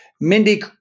Mindy